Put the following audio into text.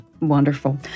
wonderful